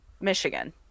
Michigan